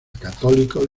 católicos